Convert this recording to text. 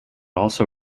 also